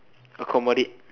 accommodate